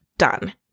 done